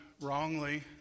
wrongly